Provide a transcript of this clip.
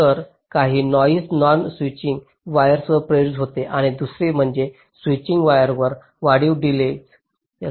तर काही noise non switching वायरवर प्रेरित होतो आणि दुसरे म्हणजे स्विचिंग वायरवर वाढीव डीलेय का होऊ शकतो